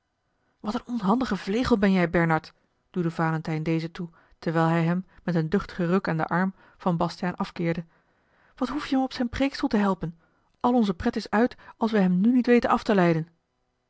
wat een onhandige vlegel ben jij bernard duwde valentijn dezen toe terwijl hij hem met een duchtigen ruk aan den a l g bosboom-toussaint de delftsche wonderdokter eel van bastiaan afkeerde wat hoef je hem op zijn preêkstoel te helpen al onze pret is uit als we hem nu niet weten af te leiden